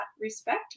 respect